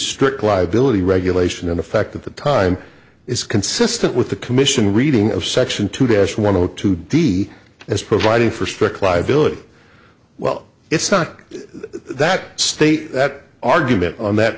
strict liability regulation in effect at the time is consistent with the commission reading of section two dash one zero two d as providing for strict liability well it's not that state that argument on that